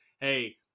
Hey